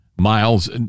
Miles